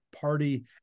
party